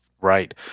Right